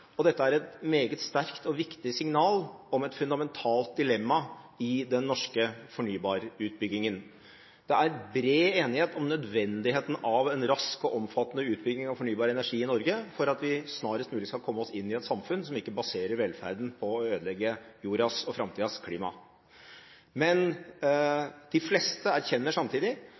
og dette er et meget sterkt og viktig signal om et fundamentalt dilemma i den norske fornybarutbyggingen. Det er bred enighet om nødvendigheten av en rask og omfattende utbygging av fornybar energi i Norge, for at vi snarest mulig skal komme oss inn i et samfunn som ikke baserer velferden på å ødelegge jordas og framtidas klima. Men de fleste erkjenner samtidig